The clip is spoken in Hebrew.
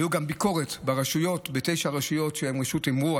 הייתה גם ביקורת בתשע רשויות שהן רשות תמרור,